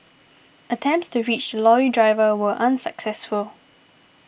attempts to reach lorry driver were unsuccessful